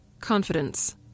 confidence